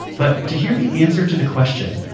but to hear the answer to the question,